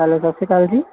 hello ਸਤਿ ਸ਼੍ਰੀ ਅਕਾਲ ਜੀ